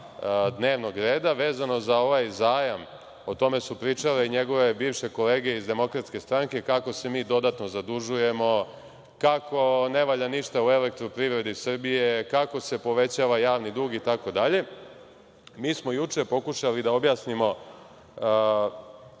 dnevnog reda, vezano za ovaj zajam, o tome su pričale i njegove bivše kolege iz Demokratske stranke, kako se mi dodatno zadužujemo, kako ne valja ništa u Elektroprivredi Srbije, kako se povećava javni dug, itd. Mi smo juče pokušali da objasnimo